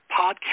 podcast